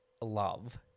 Love